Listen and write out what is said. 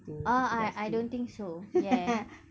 oh I I don't think so ya